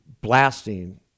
blasting